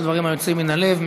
על דברים היוצאים מן הלב.